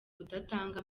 kudatanga